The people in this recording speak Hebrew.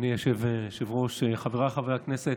אדוני היושב-ראש, חבריי חברי הכנסת,